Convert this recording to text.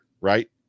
right